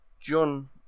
John